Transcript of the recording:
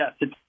Yes